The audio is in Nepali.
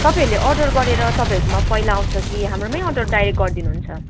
तपाईँहरूले अर्डर गरेर तपाईँहरूकोमा पहिला आउँछ कि हाम्रोमै अर्डर डाइरेक्ट गरिदिनु हुन्छ